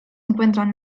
encuentran